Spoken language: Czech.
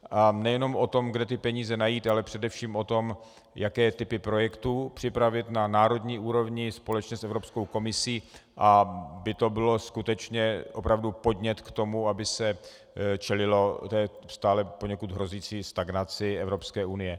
A nejenom o tom, kde ty peníze najít, ale především o tom, jaké typy projektů připravit na národní úrovni společně s Evropskou komisí, aby to byl skutečně opravdu podnět k tomu, aby se čelilo stále poněkud hrozící stagnaci Evropské unie.